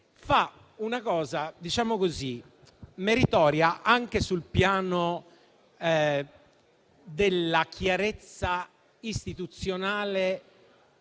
fa una cosa meritoria anche sul piano della chiarezza istituzionale